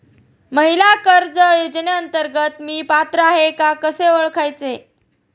महिला कर्ज योजनेअंतर्गत मी पात्र आहे का कसे ओळखायचे?